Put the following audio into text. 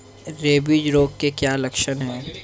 Rabies रोग के क्या लक्षण है?